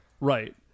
right